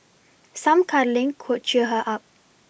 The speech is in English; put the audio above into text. some cuddling could cheer her up